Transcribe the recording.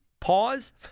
pause